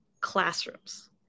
classrooms